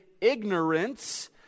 ignorance